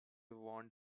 want